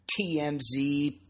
TMZ